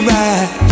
right